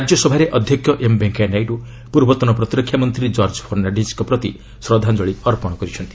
ରାଜ୍ୟସଭାରେ ଅଧ୍ୟକ୍ଷ ଏମ୍ ଭେଙ୍କୟା ନାଇଡୁ ପୂର୍ବତନ ପ୍ରତିରକ୍ଷା ମନ୍ତ୍ରୀ ଜର୍କ ଫର୍ଣ୍ଣାଣ୍ଡିଜ୍ଙ୍କ ପ୍ରତି ଶ୍ରଦ୍ଧାଞ୍ଚଳି ଅର୍ପଣ କରିଛନ୍ତି